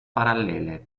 parallele